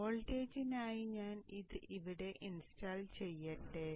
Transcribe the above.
വോൾട്ടേജിനായി ഞാൻ ഇത് ഇവിടെ ഇൻസ്റ്റാൾ ചെയ്യട്ടെ